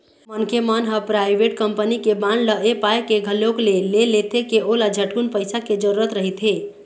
मनखे मन ह पराइवेट कंपनी के बांड ल ऐ पाय के घलोक ले लेथे के ओला झटकुन पइसा के जरूरत रहिथे